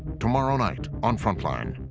tomorrow night on frontline.